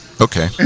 Okay